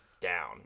down